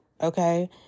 okay